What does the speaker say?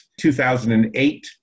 2008